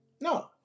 No